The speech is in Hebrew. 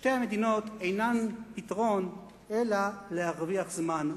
שתי המדינות אינן פתרון אלא להרוויח זמן.